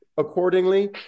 accordingly